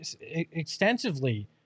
extensively